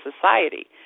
society